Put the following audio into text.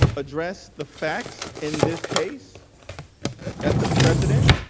address the facts in this case that the president